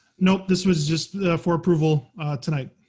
nope. this was just for approval tonight.